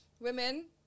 women